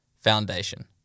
foundation